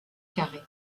carrés